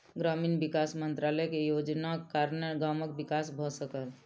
ग्रामीण विकास मंत्रालय के योजनाक कारणेँ गामक विकास भ सकल